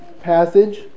passage